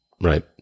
right